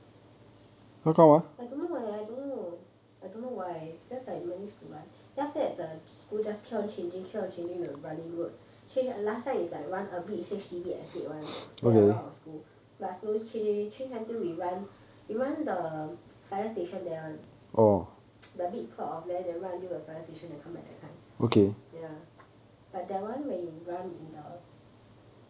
I don't know leh I don't know I don't know why just like managed to run then after that the school just keep on changing keep on changing the running route change ah last time is like run a bit H_D_B estates one then around our school but slowly change change until we run we run the fire station there [one] the big plot of land then run until the fire station then come back that kind ya but that one when you run in the